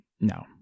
no